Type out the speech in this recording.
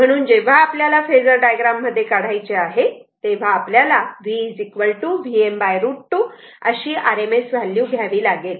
म्हणून जेव्हा आपल्याला हे फेजर डायग्राम मध्ये काढायचे आहे तेव्हा आपल्याला V Vm √ 2 अशी RMS व्हॅल्यू घ्यावी लागेल